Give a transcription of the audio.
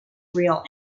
real